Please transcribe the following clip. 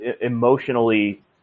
emotionally